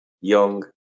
young